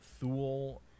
Thule